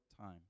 time